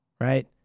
right